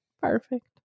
Perfect